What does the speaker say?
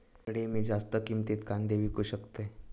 खडे मी जास्त किमतीत कांदे विकू शकतय?